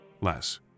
Less